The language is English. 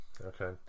okay